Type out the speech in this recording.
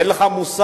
אין לך מושג